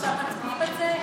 עכשיו מצביעים על זה?